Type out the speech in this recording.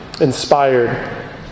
inspired